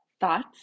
Thoughts